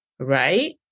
right